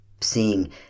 seeing